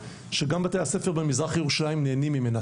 גם בתי הספר במזרח ירושלים נהנים ממנה?